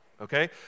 Okay